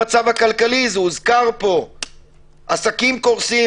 המצב הכלכלי עסקים קורסים,